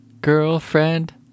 girlfriend